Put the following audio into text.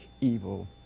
evil